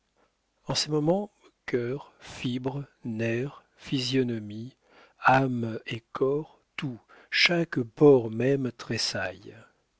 en ces moments cœur fibres nerfs physionomie âme et corps tout chaque pore même tressaille